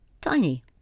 tiny